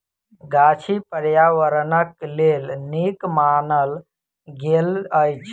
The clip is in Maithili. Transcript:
गाछी पार्यावरणक लेल नीक मानल गेल अछि